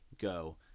go